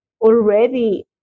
already